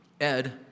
Ed